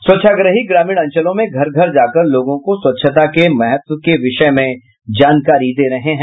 स्वच्छाग्रही ग्रामीण अंचलों में घर घर जाकर लोगों को स्वच्छता के महत्व के विषय में जानकारियां दे रहे हैं